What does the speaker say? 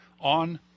on